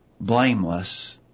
blameless